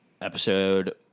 episode